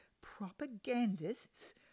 propagandists